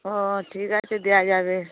ও ঠিক আছে দেওয়া যাবে